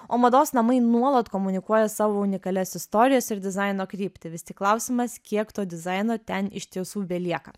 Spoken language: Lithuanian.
o mados namai nuolat komunikuoja savo unikalias istorijas ir dizaino kryptį tik klausimas kiek to dizaino ten iš tiesų belieka